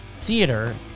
theater